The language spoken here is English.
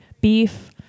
beef